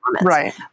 Right